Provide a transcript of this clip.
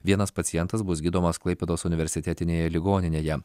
vienas pacientas bus gydomas klaipėdos universitetinėje ligoninėje